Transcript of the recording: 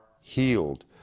healed